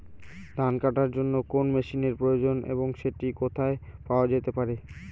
ধান কাটার জন্য কোন মেশিনের প্রয়োজন এবং সেটি কোথায় পাওয়া যেতে পারে?